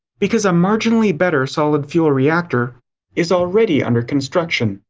because a marginally better solid fuel reactor is already under construction.